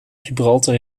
gibraltar